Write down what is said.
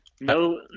No